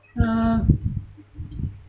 uh